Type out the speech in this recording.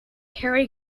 harry